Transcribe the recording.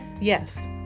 Yes